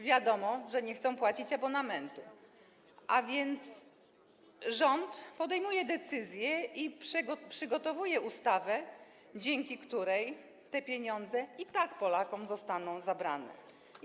Wiadomo, że nie chcą płacić abonamentu, a więc rząd podejmuje decyzje i przygotowuje ustawę, dzięki której te pieniądze i tak zostaną zabrane Polakom.